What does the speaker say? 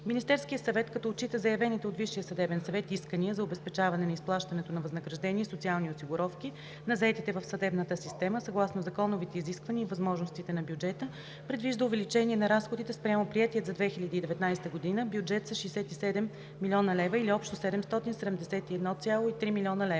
Министерският съвет, като отчита заявените от Висшия съдебен съвет искания за обезпечаване на изплащането на възнаграждения и социални осигуровки на заетите в съдебната система, съгласно законовите изисквания и възможностите на бюджета, предвижда увеличение на разходите спрямо приетият за 2019 г. бюджет с 67 млн. лв. или общо 771,3 млн. лв.